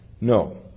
No